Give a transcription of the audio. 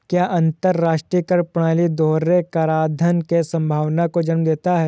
क्या अंतर्राष्ट्रीय कर प्रणाली दोहरे कराधान की संभावना को जन्म देता है?